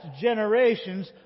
generations